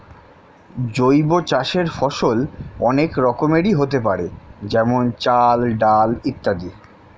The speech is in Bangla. জৈব চাষের ফসল অনেক রকমেরই হতে পারে যেমন চাল, ডাল ইত্যাদি